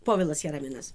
povilas jaraminas